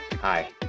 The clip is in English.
Hi